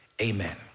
Amen